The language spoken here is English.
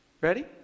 Ready